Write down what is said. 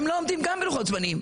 גם הם לא עומדים בלוחות זמנים.